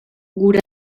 guraso